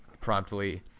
promptly